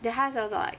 then 它是那种 like